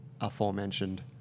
aforementioned